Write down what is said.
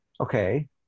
Okay